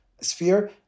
sphere